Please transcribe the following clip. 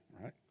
right